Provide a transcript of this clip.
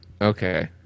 Okay